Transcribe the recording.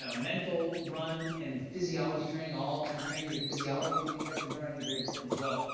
so mental, run, and physiology training all kind of training your physiology to be an effective runner, i think very important as well,